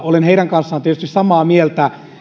olen tietysti heidän kanssaan samaa mieltä